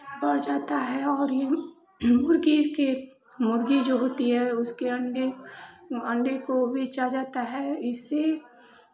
बढ़ जाता है और ये मुर्गी के मुर्गी जो होती है उसके अंडे अंडे को बेचा जाता है इससे